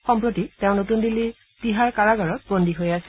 সম্প্ৰতি তেওঁ নতুন দিল্লীৰ তিহাৰ কাৰাগাৰত বন্দী হৈ আছে